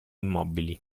immobili